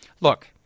look